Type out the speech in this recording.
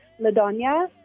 LaDonia